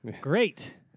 great